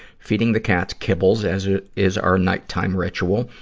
feeding the cat kibbles as ah is our nighttime ritual.